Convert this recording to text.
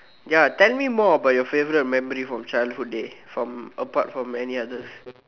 ya tell me more about your favourite memory from childhood day from apart from many others